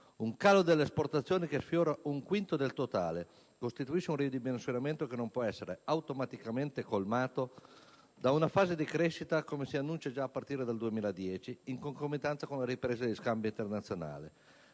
Un calo delle esportazioni che sfiora un quinto del totale costituisce un ridimensionamento che non può essere automaticamente colmato da una fase di crescita come si annuncia già a partire dal 2010, in concomitanza con la ripresa degli scambi internazionali.